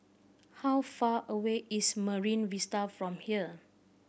how far away is Marine Vista from here